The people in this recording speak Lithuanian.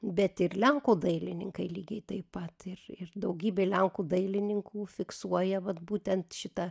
bet ir lenkų dailininkai lygiai taip pat ir ir daugybė lenkų dailininkų fiksuoja vat būtent šitą